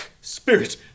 Spirit